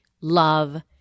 love